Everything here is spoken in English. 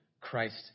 Christ